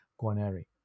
guaneri